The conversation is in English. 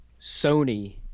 Sony